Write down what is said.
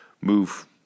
move